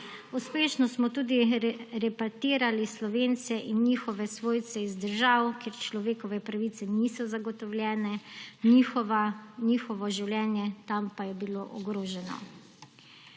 Uspešno smo tudi repartirali Slovence in njihove svojce iz držav, kjer človekove pravice niso zagotovljene, njihovo življenje tam pa je bilo ogroženo.